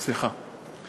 סליחה.